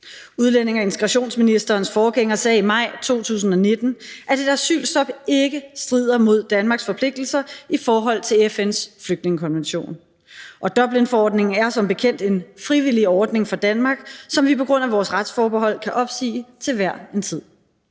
Udlændinge- og integrationsministerens forgænger sagde i maj 2019, at et asylstop ikke strider mod Danmarks forpligtelser i forhold til FN's flygtningekonvention. Og Dublinforordningen er som bekendt en frivillig ordning for Danmark, som vi på grund af vores retsforbehold kan opsige til hver en tid.